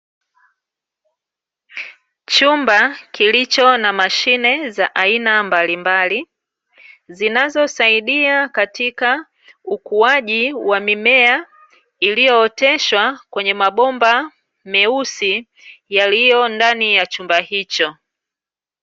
Chumba kilicho na mashine za aina mbalimbali, zinazosaidia katika ukuaji wa mimea, iliyooteshwa kwenye mabomba meusi yaliyondani ya chumba hicho.